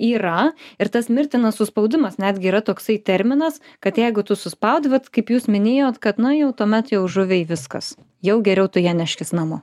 yra ir tas mirtinas suspaudimas netgi yra toksai terminas kad jeigu tu suspaudi vat kaip jūs minėjot kad na jau tuomet jau žuviai viskas jau geriau tu ją neškis namo